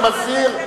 אני מזהיר,